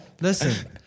Listen